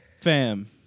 Fam